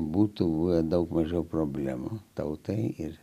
būtų buvę daug mažiau problemų tautai ir